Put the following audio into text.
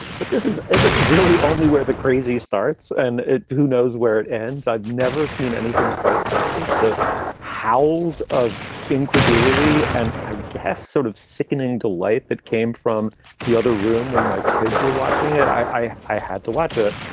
but this is this is really only where the crazy starts and who knows where it ends. i've never seen anything quite like this. the howls of incredulity and i guess sort of sickening delight that came from the other room when my kids were watching it. i i had to watch it.